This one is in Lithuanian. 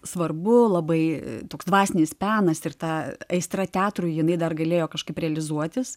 svarbu labai toks dvasinis penas ir ta aistra teatrui jinai dar galėjo kažkaip realizuotis